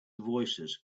voicesand